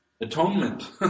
atonement